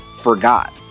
forgot